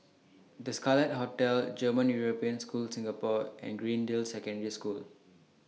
The Scarlet Hotel German European School Singapore and Greendale Secondary School